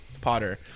Potter